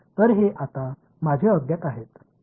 तर हे आता माझे अज्ञात आहेत